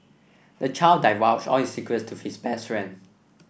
the child divulged all his secrets to his best friend